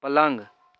पलङ्ग